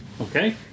Okay